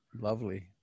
lovely